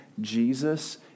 Jesus